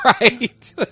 Right